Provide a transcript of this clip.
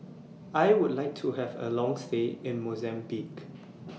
I Would like to Have A Long stay in Mozambique